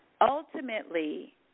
ultimately